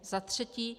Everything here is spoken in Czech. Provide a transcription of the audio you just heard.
Za třetí.